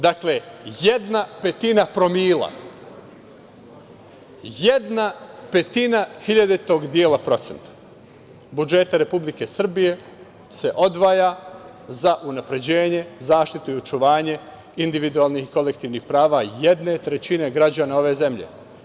Dakle, jedna petina promila, jedna petina hiljaditog dela procenta budžeta Republike Srbije se odvaja za unapređenje, zaštitu i očuvanje individualnih i kolektivnih prava jedne trećine građana ove zemlje.